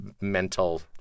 mental